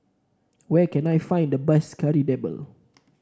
where can I find the best Kari Debal